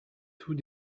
tout